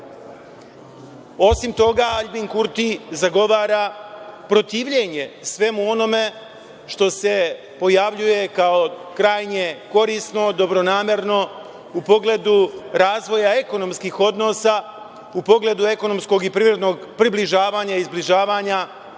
Osim toga, Aljbin Kurti zagovara protivljenje svemu onome što se pojavljuje kao krajnje korisno, dobronamerno u pogledu razvoja ekonomskih odnosa, u pogledu ekonomskog i privrednog približavanja i zbližavanja